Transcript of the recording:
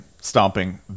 Stomping